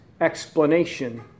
explanation